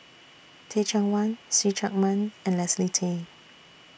Teh Cheang Wan See Chak Mun and Leslie Tay